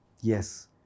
Yes